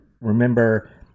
remember